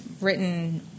written